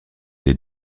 des